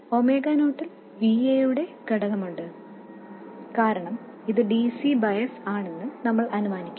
omega നോട്ടിൽ Va യുടെ ഘടകം ഉണ്ട് കാരണം ഇത് dc ബയസ് ആണെന്ന് നമ്മൾ അനുമാനിക്കുന്നു